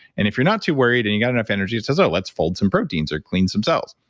and if you're not too worried and you've got enough energy, it says, oh, let's fold some proteins or clean some cells.